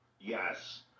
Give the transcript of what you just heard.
Yes